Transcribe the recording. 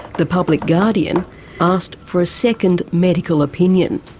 the public guardian asked for a second medical opinion.